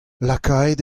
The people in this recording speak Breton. lakaet